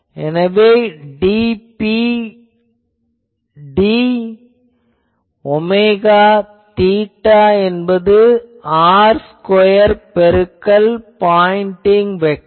எனவே dP d omega theta என்பது r square பெருக்கல் பாய்ண்டிங் வெக்டார்